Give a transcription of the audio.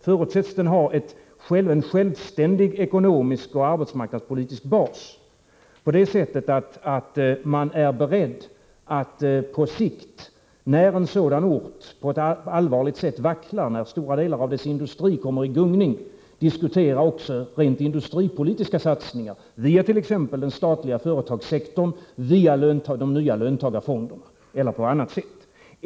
Förutsätts den ha en självständig ekonomisk och arbetsmarknadspolitisk bas på det sättet att man är beredd att på sikt, när en sådan ort på ett allvarligt sätt vacklar, när stora delar av dess industri kommer i gungning, diskutera också rent industripolitiska satsningar via t.ex. den statliga företagssektorn, via de nya löntagarfonderna eller på annat sätt?